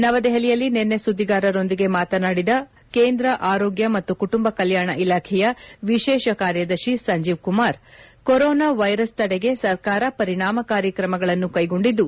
ನವದೆಹಲಿಯಲ್ಲಿ ನಿನ್ನೆ ಸುದ್ದಿಗಾರರೊಂದಿಗೆ ಮಾತನಾಡಿದ ಕೇಂದ್ರ ಆರೋಗ್ಯ ಮತ್ತು ಕುಟುಂಬ ಕಲ್ಕಾಣ ಇಲಾಖೆಯ ವಿಶೇಷ ಕಾರ್ಯದರ್ತಿ ಸಂಜೀವ್ ಕುಮಾರ್ ಕೊರೋನಾ ವೈರಸ್ ತಡೆಗೆ ಸರ್ಕಾರ ಪರಿಣಾಮಕಾರಿ ಕ್ರಮಗಳನ್ನು ಕೈಗೊಂಡಿದ್ದು